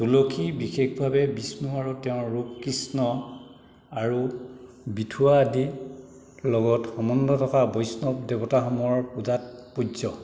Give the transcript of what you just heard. তুলসী বিশেষভাৱে বিষ্ণু আৰু তেওঁৰ ৰূপ কৃষ্ণ আৰু বিথোৱা আদিৰ লগত সম্বন্ধ থকা বৈষ্ণৱ দেৱতাসমূহৰ পূজাত পূজ্য